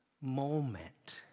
moment